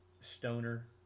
Stoner